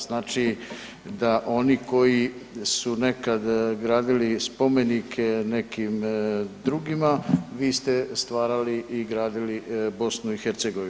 Znači da oni koji su nekad gradili spomenike nekim drugima, vi ste stvarali i gradili BiH.